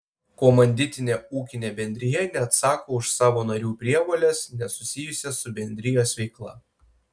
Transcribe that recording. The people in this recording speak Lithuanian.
komanditinė ūkinė bendrija neatsako už savo narių prievoles nesusijusias su bendrijos veikla